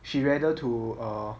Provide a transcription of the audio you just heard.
she rather to err